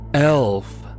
Elf